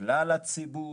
לכלל הציבור,